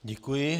Děkuji.